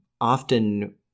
often